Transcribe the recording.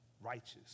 righteous